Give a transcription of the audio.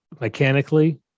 mechanically